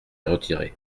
retiré